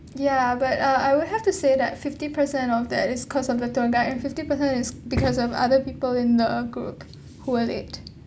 ya but uh I will have to say that fifty percent of that it's because of the tour guide and fifty percent it's because of other people in the group who were late